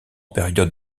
période